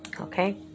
Okay